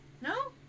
No